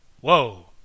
Whoa